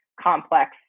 complex